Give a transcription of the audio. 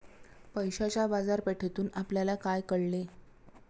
पैशाच्या बाजारपेठेतून आपल्याला काय कळले?